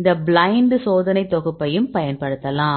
எந்த பிளைன்ட் சோதனை தொகுப்பையும் பயன்படுத்தலாம்